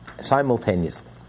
simultaneously